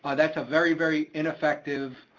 ah that's a very, very ineffective